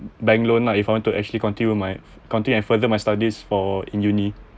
bank loan lah if I want to actually continue my continue ad further my studies for in uni